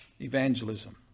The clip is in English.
evangelism